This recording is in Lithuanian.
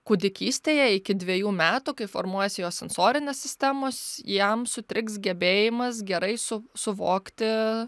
kūdikystėje iki dviejų metų kai formuojasi jo sensorinės sistemos jam sutriks gebėjimas gerai su suvokti